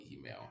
email